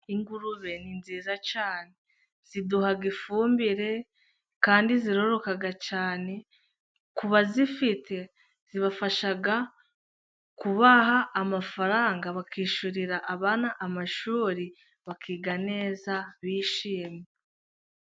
Ingurube ni nziza cyane ziduha ifumbire kandi ziroroka cyane, ku bazifite zibafasha kubaha amafaranga bakishyurira abana amashuri bakiga neza bishimye.